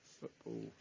Football